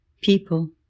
People